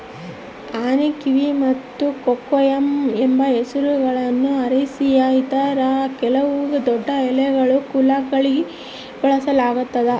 ಆನೆಕಿವಿ ಮತ್ತು ಕೊಕೊಯಮ್ ಎಂಬ ಹೆಸರುಗಳನ್ನು ಅರೇಸಿಯ ಇತರ ಕೆಲವು ದೊಡ್ಡಎಲೆಗಳ ಕುಲಗಳಿಗೆ ಬಳಸಲಾಗ್ತದ